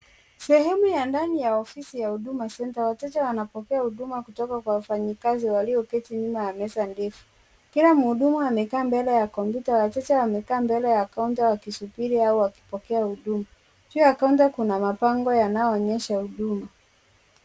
Sehemu ya ndani ya ofisi ya huduma centre wateja wanapokea huduma kutoka kwa wafanyikazi walioketi nyuma ya meza ndefu. Kila mhudumu amekaa mbele ya kompyuta, wateja wamekaa mbele ya kaunta wakisibiri au akipokea huduma. Juu ya kaunta kuna mabango yanayo onyesha huduma.